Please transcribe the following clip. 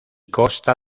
costa